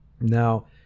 Now